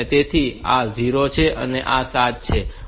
તેથી આ 0 છે અને આ 7 છે